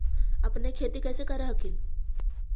अपने खेती कैसे कर हखिन?